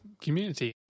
community